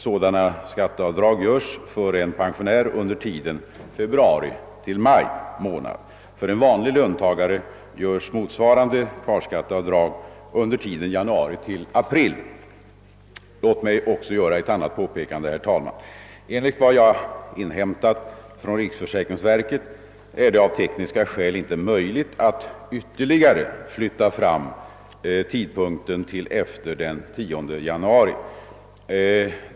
Sådana skatteavdrag görs för en pensionär under tiden februari—maj, medan för en vanlig löntagare motsvarande kvarskatteavdrag sker under tiden januari—april. Låt mig också, herr talman, göra ett annat påpekande. Enligt vad jag inhämtat från riksförsäkringsverket är det av tekniska skäl inte möjligt att flytta fram tidpunkten till efter den 10 januari.